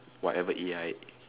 whatever A_I